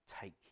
take